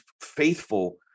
faithful